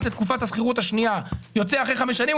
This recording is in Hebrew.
לתקופת השכירות השנייה יוצא אחרי 5 שנים,